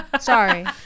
Sorry